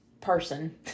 person